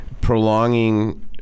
prolonging